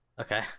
okay